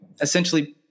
essentially